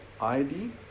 ID